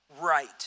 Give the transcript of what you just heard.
right